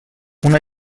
una